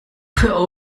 für